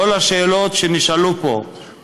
כל השאלות שנשאלו פה,